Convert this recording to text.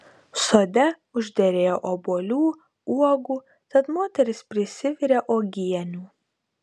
sode užderėjo obuolių uogų tad moteris prisivirė uogienių